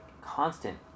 constant